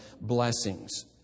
blessings